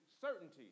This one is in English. certainty